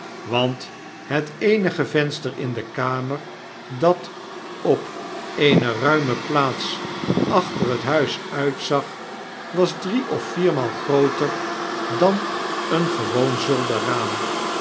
want het eenige venster in de kamer dat op eene ruime plaats achter het huis uitzag wasdrieof viermaal grooter dan een